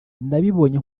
nabibonye